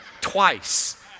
twice